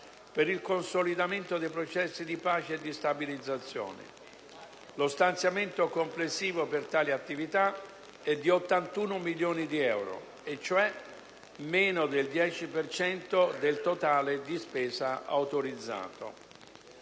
per il consolidamento dei processi di pace e di stabilizzazione. Lo stanziamento complessivo per tali attività è di 81 milioni di euro, meno del 10 per cento del totale di spesa autorizzato.